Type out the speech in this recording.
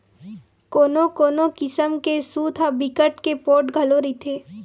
कोनो कोनो किसम के सूत ह बिकट के पोठ घलो रहिथे